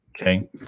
Okay